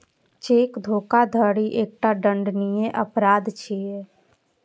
cheque धोखाधड़ी एकटा दंडनीय अपराध छियै